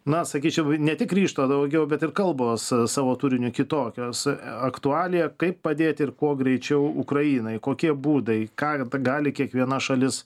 na sakyčiau ne tik ryžto daugiau bet ir kalbos savo turiniu kitokios aktualija kaip padėti ir kuo greičiau ukrainai kokie būdai ką gali kiekviena šalis